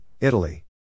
Italy